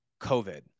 COVID